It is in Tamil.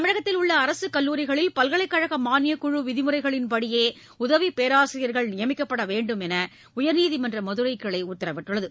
தமிழகத்தில் உள்ள அரசு கல்லூரிகளில் பல்கலைக் கழக மானியக் குழு விதிமுறைகளின்படியே உதவி பேராசிரியா்கள் நியமிக்கப்பட வேண்டும் என உயா்நீதிமன்ற மதுரை கிளை உத்தரவிட்டுள்ளது